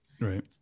Right